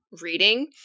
reading